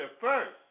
first